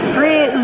Free